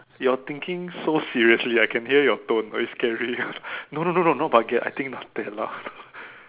you're thinking so seriously I can hear your tone very scary no no no no no baguette I think Nutella